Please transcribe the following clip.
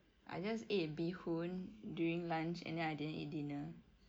I just ate bee hoon during lunch and then I didn't eat dinner